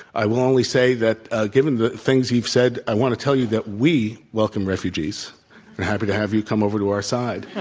i will only say that given the things you've said, i want to tell you that we welcome refugees. we're happy to have you come over to our side.